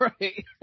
Right